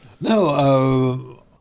no